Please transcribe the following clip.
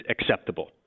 acceptable